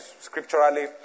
scripturally